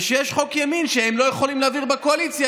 וכשיש חוק ימין שהם לא יכולים להעביר בקואליציה,